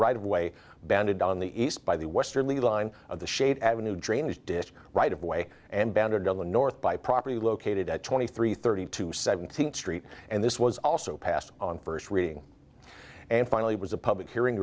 of way banded on the east by the westerly line of the shade avenue drainage ditch right of way and bounded on the north by property located at twenty three thirty two seventeenth street and this was also passed on first reading and finally was a public hearing